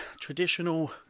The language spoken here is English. traditional